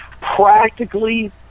practically